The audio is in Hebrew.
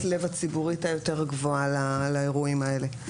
הלב הציבורית היותר גבוהה לאירועים האלה.